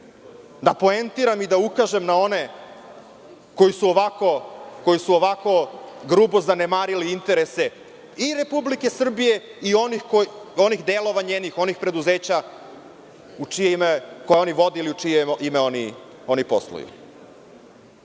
da poentiram i ukažem na one koji su ovako grubo zanemarili interese i Republike Srbije i onih njenih delova, preduzeća koje oni vode ili u čije ime oni posluju. Znate